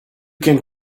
can